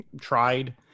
tried